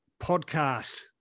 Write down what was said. podcast